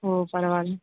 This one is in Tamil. ஓ பரவாயில்ல